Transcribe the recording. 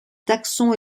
taxon